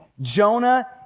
Jonah